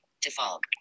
Default